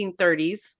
1930s